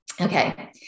Okay